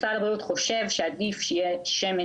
משרד הבריאות חושב שעדיף שיהיה שמן